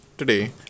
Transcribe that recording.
Today